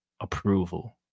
approval